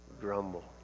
Grumble